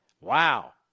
Wow